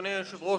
אדוני היושב-ראש,